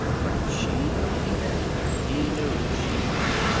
but she knew what he meant, and he knew she knew.